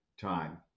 time